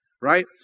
right